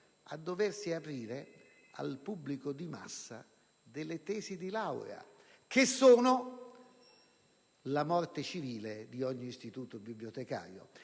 a doversi aprire al pubblico di massa delle tesi di laurea, che sono la morte civile di ogni istituto bibliotecario.